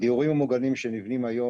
הדיורים המוגנים שנבנים היום,